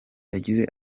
yagize